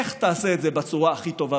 איך תעשה את זה בצורה הכי טובה,